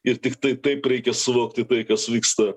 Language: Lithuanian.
ir tiktai taip reikia suvokti tai kas vyksta